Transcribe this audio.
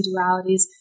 dualities